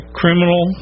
criminal